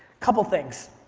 couple things.